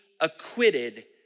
acquitted